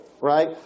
right